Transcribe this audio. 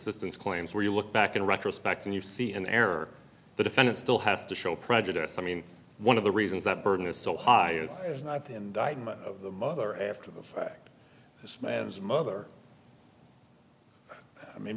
assistance claims where you look back in retrospect and you see an error the defendant still has to show prejudice i mean one of the reasons that burden is so high is not the indictment of the mother after the fact this man's mother i mean